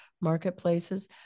marketplaces